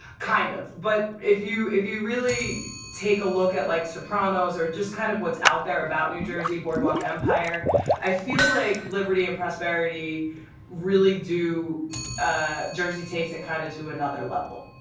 kind of. but if you if you really take a look at like sopranos or just kind of what's out there about new jersey boardwalk empire i feel like liberty and prosperity really do ah jersey takes it kind of to another level.